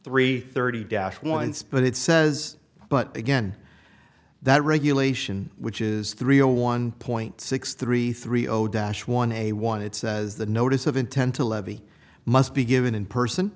three thirty dash ones but it says but again that regulation which is three zero one point six three three zero dash one a one it says the notice of intent to levy must be given in person